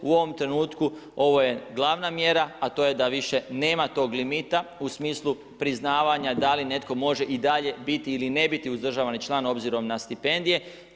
U ovom trenutku ovo je glavna mjera a to je da više nema tog limita u smislu priznavanja da li netko može i dalje biti ili ne biti uzdržavani član obzirom na stipendije.